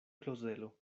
klozelo